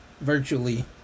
virtually